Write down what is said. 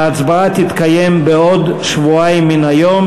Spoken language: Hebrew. ההצבעה תתקיים בעוד שבועיים מהיום.